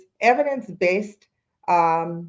evidence-based